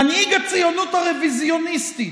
מנהיג הציונות הרוויזיוניסטית,